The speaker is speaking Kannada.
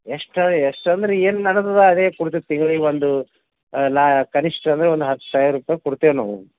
ಎಷ್ಟು ಎಷ್ಟು ಅಂದ್ರೆ ಏನು ನಡೀತದ ಅದೇ ಕೊಡ್ತೇವ್ ತಿಂಗ್ಳಿಗೆ ಒಂದು ಲಾ ಕನಿಷ್ಠ ಅಂದ್ರೆ ಒಂದು ಹತ್ತು ಸಾವಿರ ರೂಪಾಯಿ ಕೊಡ್ತೇವೆ ನಾವು